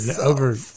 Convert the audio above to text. over